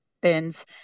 bins